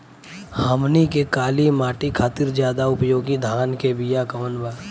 हमनी के काली माटी खातिर ज्यादा उपयोगी धान के बिया कवन बा?